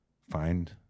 find